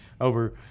over